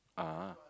(uh huh)